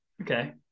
okay